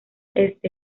este